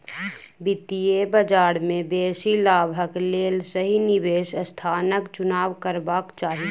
वित्तीय बजार में बेसी लाभक लेल सही निवेश स्थानक चुनाव करबाक चाही